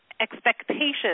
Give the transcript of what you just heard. expectations